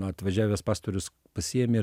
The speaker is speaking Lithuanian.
atvažiavęs pastorius pasiėmė ir